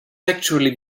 actually